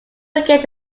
forget